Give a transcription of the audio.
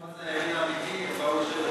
שים לב, הם הבינו מה זה הימין האמיתי ובאו לשבת,